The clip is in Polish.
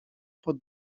pod